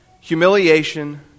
Humiliation